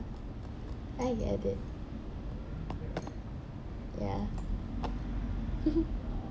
I get it ya